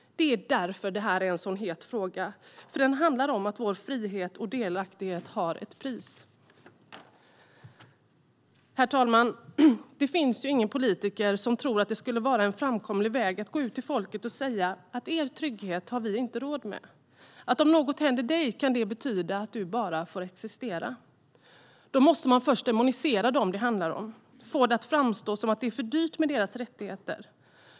Det är därför detta är en så het fråga. Den handlar om att vår frihet och delaktighet har ett pris. Herr talman! Det finns ingen politiker som tror att det skulle vara en framkomlig väg att gå ut till folket och säga: Er trygghet har vi inte råd med; om något händer dig kan det betyda att du bara får existera. Då måste man först demonisera dem det handlar om, få det att framstå som att det är för dyrt med deras rättigheter.